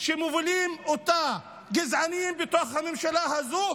שמובילים אותה גזענים בתוך הממשלה הזו,